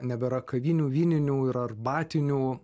nebėra kavinių vyninių ir arbatinių